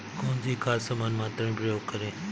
कौन सी खाद समान मात्रा में प्रयोग करें?